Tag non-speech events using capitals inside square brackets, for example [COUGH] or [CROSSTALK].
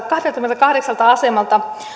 [UNINTELLIGIBLE] kahdeltakymmeneltäkahdeksalta asemalta